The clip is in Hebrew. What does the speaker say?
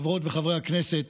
חברות וחברי הכנסת,